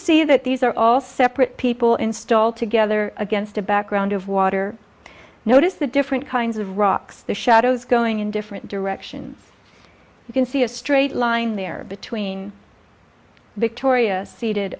see that these are all separate people install together against a background of water notice the different kinds of rocks the shadows going in different directions you can see a straight line there between victoria seated